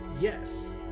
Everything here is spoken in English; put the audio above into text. Yes